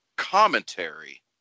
Commentary